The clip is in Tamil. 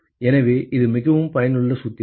எனவே இது மிகவும் பயனுள்ள சூத்திரம்